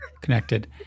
connected